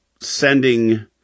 sending